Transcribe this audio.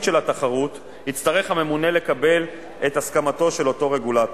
של התחרות יצטרך הממונה לקבל את הסכמתו של אותו רגולטור.